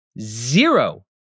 zero